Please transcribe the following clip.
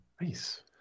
Nice